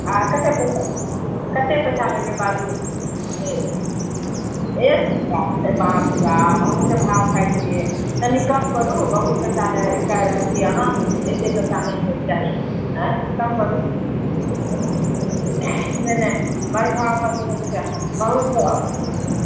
आ कतेक पैसा कते पैसा लेबै बाजु से एक सए टका बाप रे बाप अहुँ भाव खाइ छियै कनि करु बहुत पैसा कहि रहल छी अहाँ एते पैसा नहि होएके चाही आर कम करु नहि नहि भाव बढ़ि गेल छै बहुत भाव